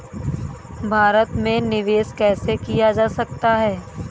भारत में निवेश कैसे किया जा सकता है?